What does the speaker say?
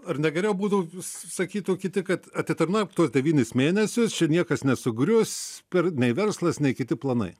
ar ne geriau būtų sakytų kiti kad atitarnauk tuos devynis mėnesius čia niekas nesugrius per nei verslas nei kiti planai